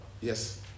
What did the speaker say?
Yes